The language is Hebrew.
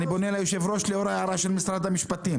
אני מבקש מהיושב-ראש לאור ההערה של משרד המשפטים.